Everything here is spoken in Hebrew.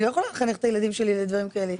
אני לא יכולה לחנך את הילדים שלי לדברים כאלה,